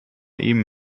ihm